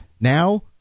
Now